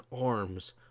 arms